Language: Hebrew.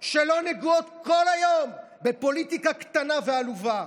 שלא נגועות כל היום בפוליטיקה קטנה ועלובה.